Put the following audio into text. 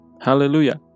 Hallelujah